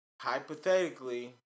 hypothetically